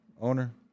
owner